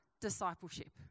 discipleship